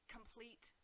complete